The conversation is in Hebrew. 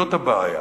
זו הבעיה.